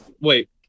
wait